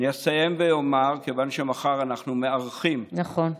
אני אסיים ואומר, כיוון שמחר אנחנו מארחים, נכון.